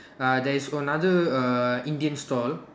uh there is another err Indian stall